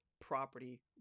property